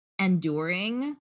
enduring